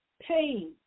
pain